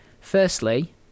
Firstly